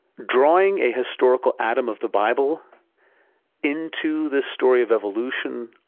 drawing a historical adam of the bible into the story of evolution